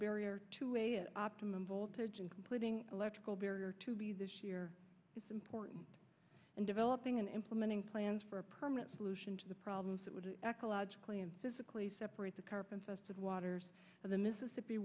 barrier to optimum voltage in completing electrical barrier to be this year is important and developing and implementing plans for a permanent solution to the problems that would ecologically and physically separate the carp and festive waters of the mississippi